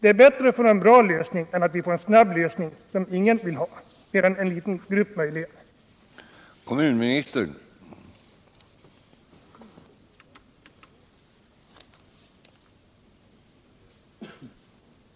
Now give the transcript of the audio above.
Det är bättre att få en bra lösning litet senare än att vi snabbt får en lösning som ingen vill ha — mer än möjligen en liten grupp.